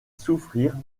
souffrir